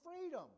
freedom